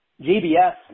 JBS